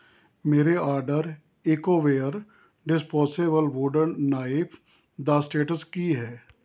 ਮੇਰੇ order Ecoware disposable wooden knife ਦਾ status ਕੀ ਹੈ